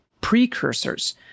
precursors